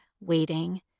waiting